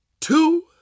two